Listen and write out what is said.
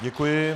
Děkuji.